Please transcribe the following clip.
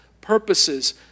purposes